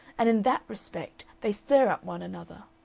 and in that respect they stir up one another.